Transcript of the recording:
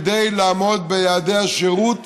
כדי לעמוד ביעדי השירות,